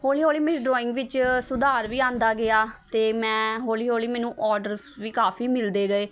ਹੌਲੀ ਹੌਲੀ ਮੇਰੀ ਡਰੋਇੰਗ ਵਿੱਚ ਸੁਧਾਰ ਵੀ ਆਉਂਦਾ ਗਿਆ ਅਤੇ ਮੈਂ ਹੌਲੀ ਹੌਲੀ ਮੈਨੂੰ ਔਡਰਸ ਵੀ ਕਾਫ਼ੀ ਮਿਲਦੇ ਗਏ